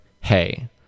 hey